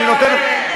אין לו מה לעשות?